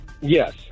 Yes